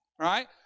right